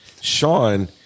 Sean